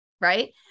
Right